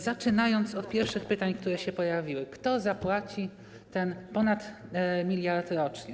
Zacznę od pierwszych pytań, które się pojawiły: Kto zapłaci ten ponad 1 mld rocznie?